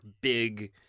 big